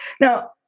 Now